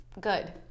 good